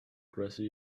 grassy